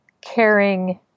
caring